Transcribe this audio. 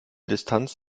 distanz